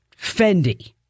Fendi